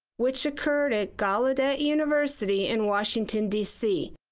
which occurred at gallaudet university in washington, dc,